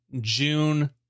June